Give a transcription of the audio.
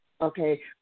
okay